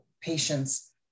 patients